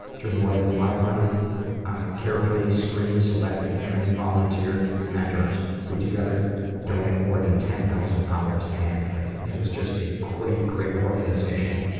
more than five hundred carefully screened, selected, and trained volunteer mentors who together donate more than ten thousand hours annually. it is just a great, great organization.